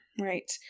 Right